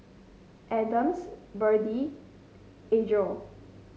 Adams Biddie Adriel